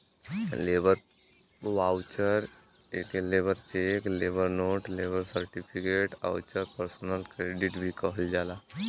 labour voucher एके labour cheque, labour note, labour certificate आउर personal credit भी कहल जाला